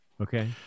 Okay